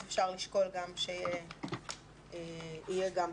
אז אפשר לשקול שיהיה גם פה.